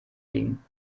liegen